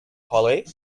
hollie